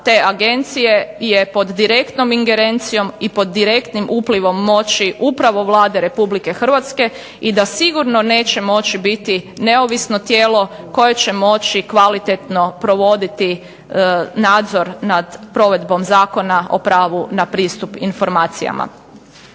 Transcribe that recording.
te Agencije je pod direktnom ingerencijom i pod direktnim uplivom moći upravo Vlade Republike Hrvatske i da sigurno neće moći biti neovisno tijelo koje će moći kvalitetno provoditi nadzor nad provedbom Zakona o pravu na pristup informacijama.